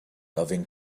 loving